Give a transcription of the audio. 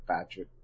Patrick